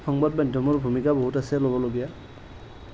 সংবাদ মাদ্যমৰ ভূমিকা বহুত আছে ল'বলগীয়া